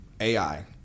AI